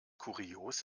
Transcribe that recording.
kurios